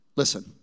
Listen